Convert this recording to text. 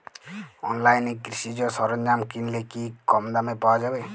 অনলাইনে কৃষিজ সরজ্ঞাম কিনলে কি কমদামে পাওয়া যাবে?